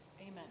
Amen